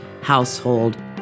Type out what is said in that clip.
household